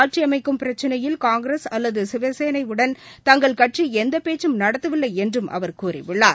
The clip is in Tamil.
ஆட்சியமைக்கும் பிரச்சனையில் காங்கிரஸ் அல்லது சிவசேனை உடன் தங்கள் கட்சி எந்தப்பேச்சும் நடத்தவில்லை என்றும் அவர் கூறியுள்ளார்